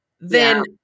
then-